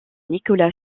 nicolas